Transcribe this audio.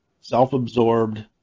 self-absorbed